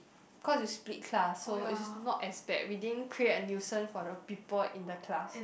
cause we split class so which is not as bad we didn't create a nuisance for the people in the class